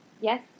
Yes